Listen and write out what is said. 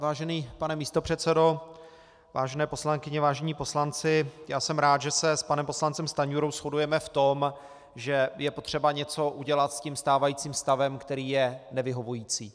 Vážený pane místopředsedo, vážené poslankyně, vážení poslanci, já jsem rád, že se s panem poslancem Stanjurou shodujeme v tom, že je potřeba něco udělat s tím stávajícím stavem, který je nevyhovující.